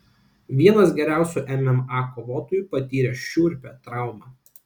vienas geriausių mma kovotojų patyrė šiurpią traumą